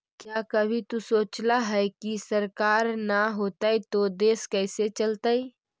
क्या कभी तु सोचला है, की सरकार ना होतई ता देश कैसे चलतइ